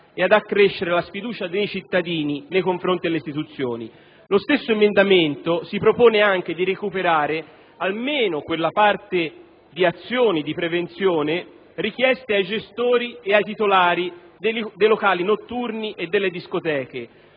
e ad accrescere la sfiducia dei cittadini nei confronti delle istituzioni. Lo stesso emendamento si propone anche di recuperare almeno quella parte di azioni di prevenzione richieste ai gestori e ai titolari dei locali notturni e delle discoteche,